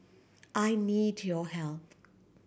I need your help